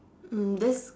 mm that's